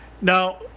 Now